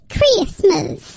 Christmas